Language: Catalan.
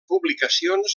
publicacions